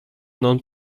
non